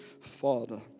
Father